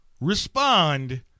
respond